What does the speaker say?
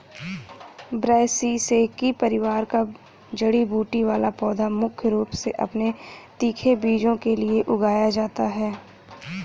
ब्रैसिसेकी परिवार का जड़ी बूटी वाला पौधा मुख्य रूप से अपने तीखे बीजों के लिए उगाया जाता है